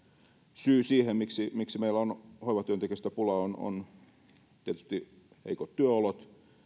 syy siihen miksi miksi meillä on hoivatyöntekijöistä pulaa on on tietysti heikot työolot